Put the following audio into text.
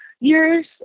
years